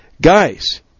guys